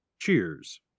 Cheers